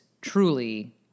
truly